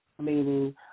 meaning